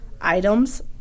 items